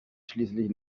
schließlich